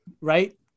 Right